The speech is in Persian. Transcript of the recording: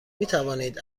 میتوانید